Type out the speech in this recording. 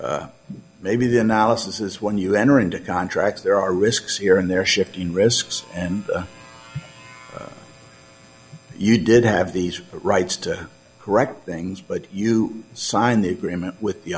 maybe maybe the analysis is when you enter into contracts there are risks here and there shift in risks and you did have these rights to correct things but you signed the agreement with the